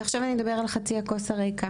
ועכשיו אני אדבר על חצי הכוס הריקה